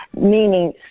meaning